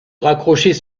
raccrocher